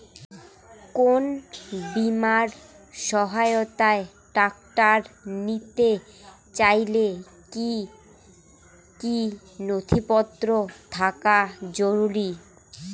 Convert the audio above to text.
কোন বিমার সহায়তায় ট্রাক্টর নিতে চাইলে কী কী নথিপত্র থাকা জরুরি?